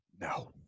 No